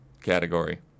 category